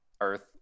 earth